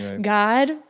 God